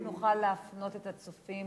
אנחנו נוכל להפנות את הצופים